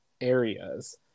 areas